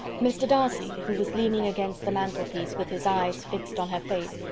mr. darcy, who was leaning against the mantelpiece with his eyes fixed on her face,